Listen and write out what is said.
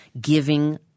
giving